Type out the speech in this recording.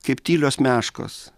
kaip tylios meškos